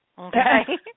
Okay